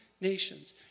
nations